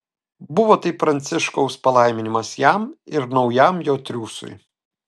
buvo tai pranciškaus palaiminimas jam ir naujam jo triūsui